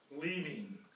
leaving